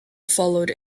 followed